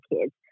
kids